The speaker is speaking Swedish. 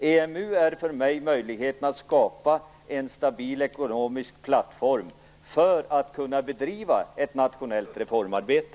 EMU innebär för mig möjligheten att skapa en stabil ekonomisk plattform för att kunna bedriva ett nationellt reformarbete.